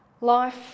Life